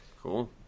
Cool